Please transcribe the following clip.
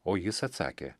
o jis atsakė